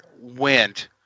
went